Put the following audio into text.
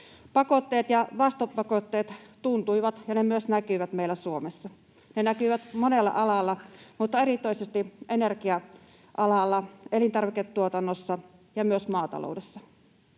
Pakotteet ja vastapakotteet tuntuivat ja myös näkyivät meillä Suomessa. Ne näkyivät monella alalla mutta erityisesti energia-alalla, elintarviketuotannossa ja myös maataloudessa.